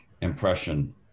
impression